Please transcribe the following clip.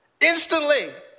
instantly